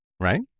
Right